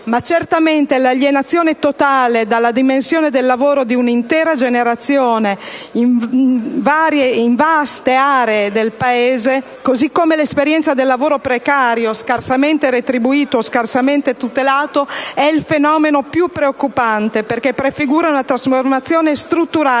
Ma certamente l'alienazione totale dalla dimensione del lavoro di un'intera generazione, in vaste aree del Paese, così come l'esperienza del lavoro precario, scarsamente retribuito e scarsamente tutelato, è il fenomeno più preoccupante, perché prefigura la trasformazione strutturale